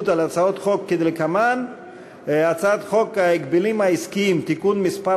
על הצעת חוק ההגבלים העסקיים (תיקון מס'